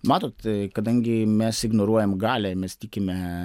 matot kadangi mes ignoruojam galią ir mes tikime